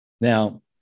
Now